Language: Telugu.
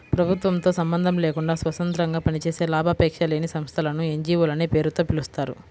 ప్రభుత్వంతో సంబంధం లేకుండా స్వతంత్రంగా పనిచేసే లాభాపేక్ష లేని సంస్థలను ఎన్.జీ.వో లనే పేరుతో పిలుస్తారు